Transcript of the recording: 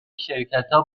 شرکتا